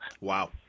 Wow